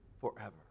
forever